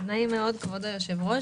נעים מאוד, כבוד היושב-ראש.